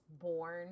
born